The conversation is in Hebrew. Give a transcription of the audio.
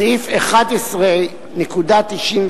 סעיף 11.971,